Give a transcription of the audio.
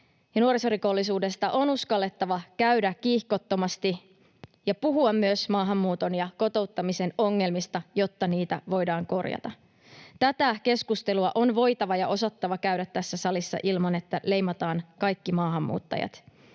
nuorisorikollisuudesta on uskallettava käydä kiihkottomasti ja puhua myös maahanmuuton ja kotouttamisen ongelmista, jotta niitä voidaan korjata. Tätä keskustelua on voitava ja osattava käydä tässä salissa ilman, että leimataan kaikki maahanmuuttajat.